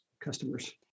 customers